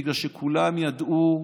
בגלל שכולם ידעו,